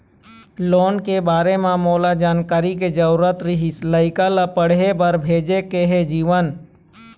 loan के बारे म मोला जानकारी के जरूरत रीहिस, लइका ला पढ़े बार भेजे के हे जीवन